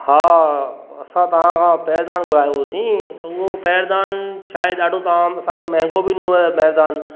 हा असां तव्हांखां पैरदान घुरायो हुओसीं ऐं उहो पैरदान छा आहे ॾाढो तहां असांखे महांगो बि ॾिनो आहे पैरदान